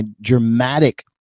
dramatic